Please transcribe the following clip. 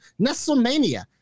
Nestlemania